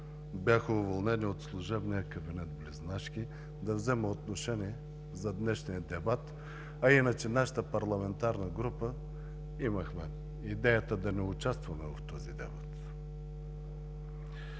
бяха уволнени от служебния кабинет Близнашки, да взема отношение за днешния дебат, а иначе нашата парламентарна група имахме идеята да не участваме в този дебат.